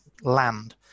land